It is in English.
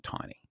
tiny